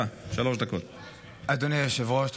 סליחה, אדוני היושב-ראש.